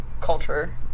culture